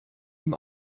ihm